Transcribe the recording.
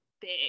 big